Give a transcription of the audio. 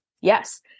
Yes